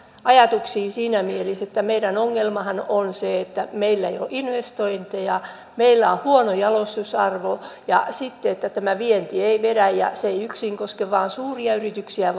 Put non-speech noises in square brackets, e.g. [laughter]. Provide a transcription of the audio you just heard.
ajatuksiin siinä mielessä että meidän ongelmammehan on se että meillä ei ole investointeja meillä on huono jalostusarvo ja sitten että tämä vienti ei vedä ja se ei yksin koske vain suuria yrityksiä [unintelligible]